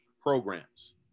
programs